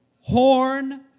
horn